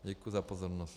Děkuji za pozornost.